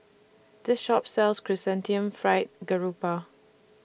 This Shop sells Chrysanthemum Fried Garoupa